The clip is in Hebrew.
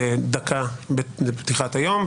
דקה לפתיחת היום,